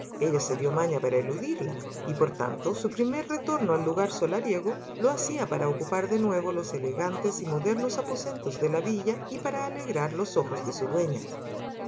ella se dió maña para eludirla y por tanto su primer retorno al lugar solariego lo hacía para ocupar de nuevo los elegantes y modernos aposentos de la villa y para alegrar los ojos de su dueña